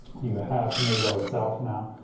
you have nato itself now